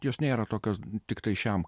jos nėra tokios tiktai šiam